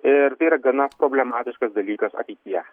ir tai yra gana problematiškas dalykas ateityje